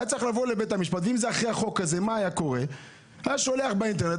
הוא היה שולח באינטרנט,